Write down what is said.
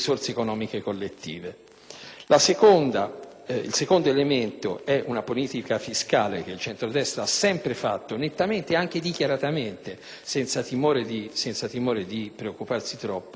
Il secondo elemento è una politica fiscale che il centrodestra ha sempre fatto nettamente, anche dichiaratamente, senza timore di preoccuparsi troppo, a vantaggio dei ricchi e degli evasori.